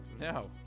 No